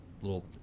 little